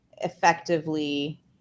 effectively